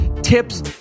tips